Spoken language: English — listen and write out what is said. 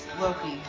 Loki